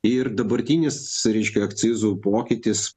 ir dabartinis reiškia akcizų pokytis